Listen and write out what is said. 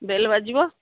bail ବାଜିବ